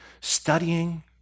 studying